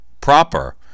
proper